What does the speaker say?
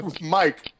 Mike